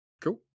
cool